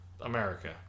America